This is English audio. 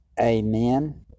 Amen